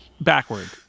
backward